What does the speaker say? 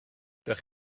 ydych